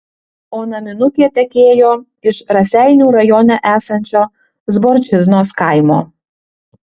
o naminukė tekėjo iš raseinių rajone esančio zborčiznos kaimo